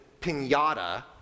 pinata